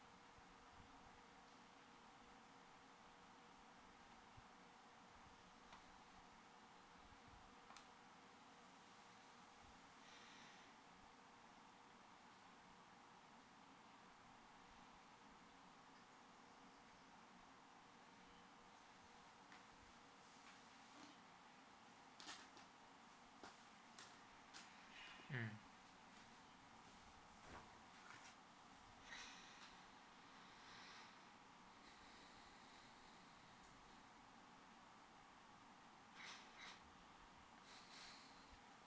mm